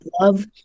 love